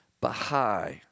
Baha'i